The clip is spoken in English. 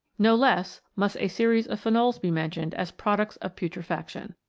no less must a series of phenols be mentioned as products of putrefaction.